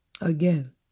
Again